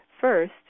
First